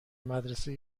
مدرسه